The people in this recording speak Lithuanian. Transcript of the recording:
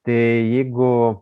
tai jeigu